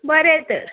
बरें तर